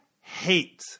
hate